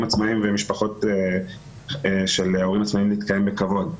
עצמאיים ולמשפחות של הורים עצמאיים להתקיים בכבוד.